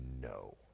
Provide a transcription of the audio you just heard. no